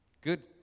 Good